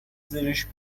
زرشک